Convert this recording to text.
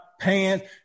pants